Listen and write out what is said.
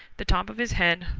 the top of his head,